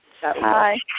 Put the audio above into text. Hi